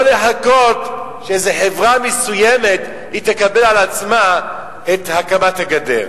לא לחכות שאיזה חברה מסוימת תקבל על עצמה את הקמת הגדר.